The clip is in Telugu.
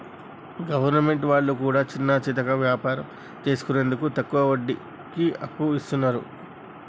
గవర్నమెంట్ వాళ్లు కూడా చిన్నాచితక వ్యాపారం చేసుకునేందుకు తక్కువ వడ్డీకి అప్పు ఇస్తున్నరు